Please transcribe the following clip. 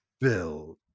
build